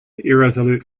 irresolute